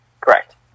Correct